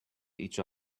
each